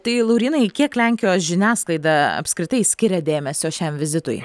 tai laurynai kiek lenkijos žiniasklaida apskritai skiria dėmesio šiam vizitui